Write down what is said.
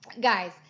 guys